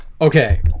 Okay